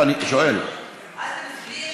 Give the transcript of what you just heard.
אני חושבת שהנושא